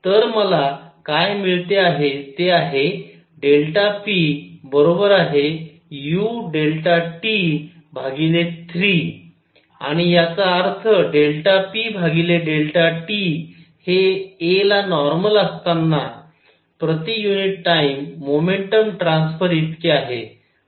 तर मला काय मिळते आहे ते आहे p ut 3 आणि याचा अर्थ p t हे a ला नॉर्मल असतानां प्रति युनिट टाइम मोमेंटम ट्रान्सफर इतके आहे